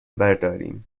برداریم